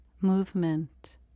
movement